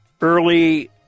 early